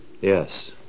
Yes